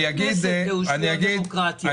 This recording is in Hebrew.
גם הכנסת היא אושיית דמוקרטיה,